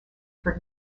for